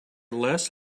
les